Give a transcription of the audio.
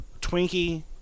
Twinkie